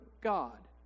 God